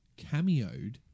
cameoed